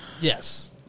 Yes